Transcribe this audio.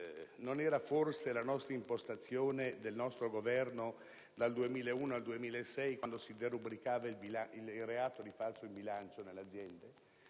non era forse l'impostazione del nostro Governo dal 2001 al 2006, quando si derubricava il reato di falso in bilancio delle aziende?